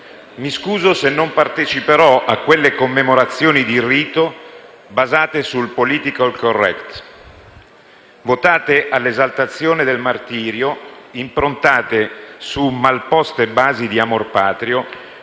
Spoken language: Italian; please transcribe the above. mi scuso se non parteciperò a quelle commemorazioni di rito, basate sul *politically correct*, votate all'esaltazione del martirio, improntate su malposte basi di amor patrio,